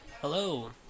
Hello